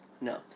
No